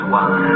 one